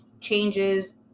changes